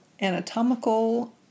anatomical